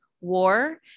war